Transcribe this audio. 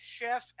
chef